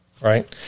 right